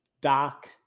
Doc